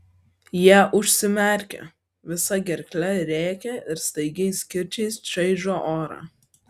jie užsimerkia visa gerkle rėkia ir staigiais kirčiais čaižo orą